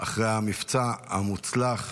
אחרי המבצע המוצלח